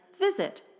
visit